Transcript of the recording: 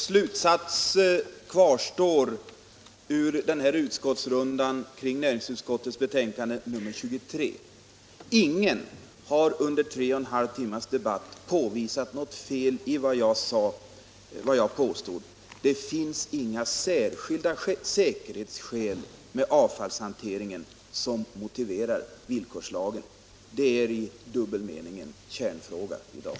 Herr talman! Slutsatsen av den här debattrundan kring näringsutskottets betänkande 23 kvarstår: Ingen har under tre och en halv timmes debatt påvisat något fel i vad jag påstått — det finns inga särskilda, nya säkerhetsskäl förknippade med avfallshanteringen som motiverar villkorslagen. Det är i dubbel mening en kärnfråga i dag.